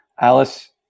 Alice